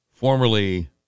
Formerly